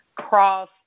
cross